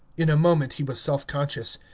in a moment he was self-conscious.